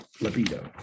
libido